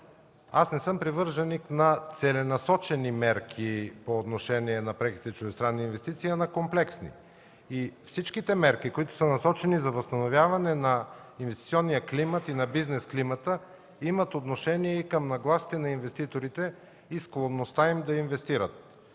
– не съм привърженик на целенасочени мерки по отношение на преките чуждестранни инвестиции, а на комплексни. Всичките мерки, насочени за възстановяване на инвестиционния климат и на бизнес климата, имат отношение и към нагласите на инвеститорите и склонността им да инвестират,